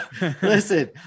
Listen